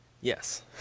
Yes